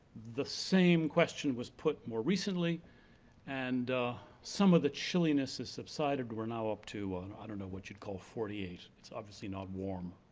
the same question was put more recently and some of the chilliness has subsided, we're now up to, ah and i don't know what you'd call forty eight, it's obviously not warm.